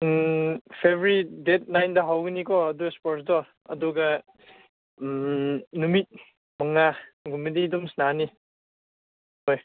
February ꯗꯦꯗ ꯅꯥꯏꯟꯗ ꯍꯧꯒꯅꯤꯀꯣ ꯑꯗꯨ ꯏꯁꯄꯣꯔꯠꯁꯇꯣ ꯑꯗꯨꯒ ꯅꯨꯃꯤꯠ ꯃꯉꯥꯒꯨꯝꯕꯗꯤ ꯑꯗꯨꯝ ꯁꯥꯟꯅꯒꯅꯤ ꯍꯣꯏ